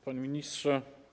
Panie Ministrze!